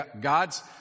God's